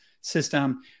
system